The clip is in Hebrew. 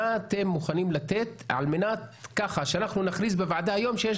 מה אתם מוכנים על-מנת שנכריז בוועדה היום שיש